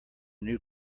new